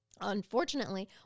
unfortunately